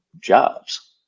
jobs